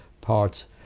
parts